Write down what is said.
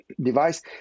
device